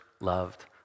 loved